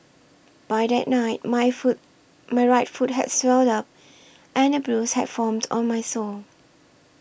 by that night my foot my right foot had swelled up and a bruise had formed on my sole